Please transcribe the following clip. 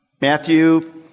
Matthew